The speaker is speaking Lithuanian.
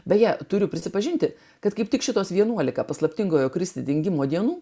beje turiu prisipažinti kad kaip tik šitos vienuolika paslaptingojo kristi dingimo dienų